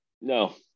No